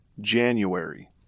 January